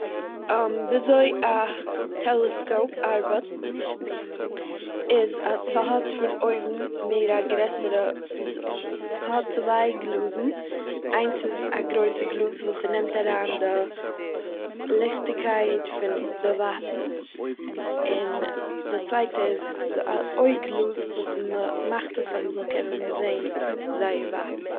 ווי אזוי א טעלעסקאופ ארבעט איז אז ס'האט פון אויבן מער א גרעסערע ס'איז- ס'האט צוויי גלאזן איינס איז א גרויסע גלאז וואס ס'נעמט אריין די ליכטיגקייט פון די ווייטנס, און די צווייטע איז די אויג גלאז וואס מ'מאכט עס אז מ'זאל קענען זען זייער ווייט.